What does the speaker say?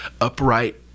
upright